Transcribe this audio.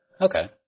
Okay